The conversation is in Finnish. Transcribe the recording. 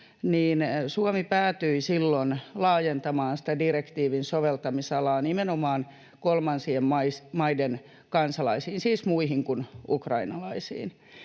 Suomi päätyi laajentamaan direktiivin soveltamisalaa nimenomaan kolmansien maiden kansalaisiin, siis muihin kuin ukrainalaisiin.